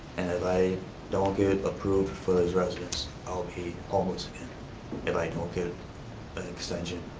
i don't get approved for this residence, i'll be homeless again if i don't get an extension.